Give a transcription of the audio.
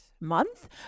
month